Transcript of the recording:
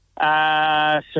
Sir